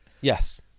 Yes